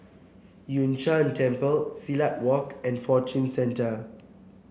Yun Shan Temple Silat Walk and Fortune Centre